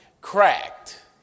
cracked